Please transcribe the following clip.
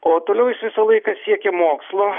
o toliau jis visą laiką siekė mokslo